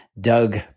Doug